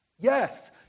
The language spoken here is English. Yes